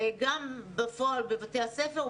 גם בפועל בבתי הספר,